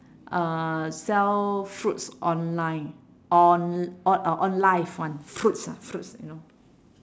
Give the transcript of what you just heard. uh sell fruits online on~ on live [one] fruits ah fruits you know